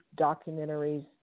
documentaries